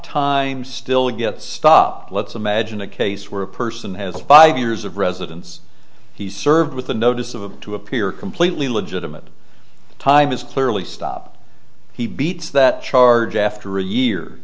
time still get stopped let's imagine a case where a person has five years of residence he's served with a notice of a to appear completely legitimate time is clearly stop he beats that charge after a year